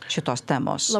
šitos temos